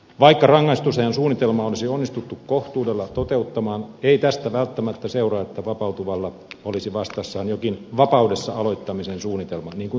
vaikka rangaistusajan suunnitelma olisi onnistuttu kohtuudella toteuttamaan ei tästä välttämättä seuraa että vapautuvalla olisi vastassaan jokin vapaudessa aloittamisen suunnitelma niin kuin tulisi olla